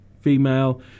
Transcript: Female